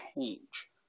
change